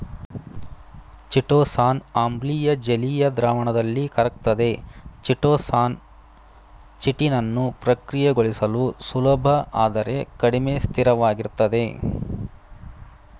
chitosan ಆಮ್ಲೀಯ ಜಲೀಯ ದ್ರಾವಣದಲ್ಲಿ ಕರಗ್ತದೆ ಚಿಟೋಸಾನ್ ಚಿಟಿನನ್ನು ಪ್ರಕ್ರಿಯೆಗೊಳಿಸಲು ಸುಲಭ ಆದರೆ ಕಡಿಮೆ ಸ್ಥಿರವಾಗಿರ್ತದೆ